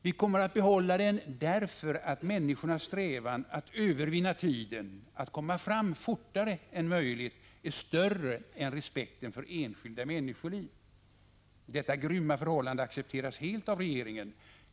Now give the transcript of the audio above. Vi kommer att behålla den därför att människornas strävan att övervinna tiden, att komma fram fortare än möjligt, är större än respekten för enskilda människoliv. Detta grymma förhållande accepteras helt av regeringen.